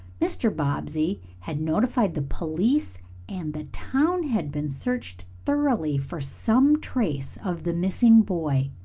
mr. bobbsey had notified the police and the town had been searched thoroughly for some trace of the missing boy.